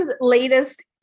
latest